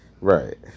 right